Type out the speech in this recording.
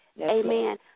Amen